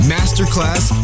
Masterclass